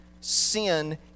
Sin